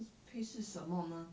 会是什么呢